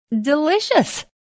delicious